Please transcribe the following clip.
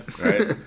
Right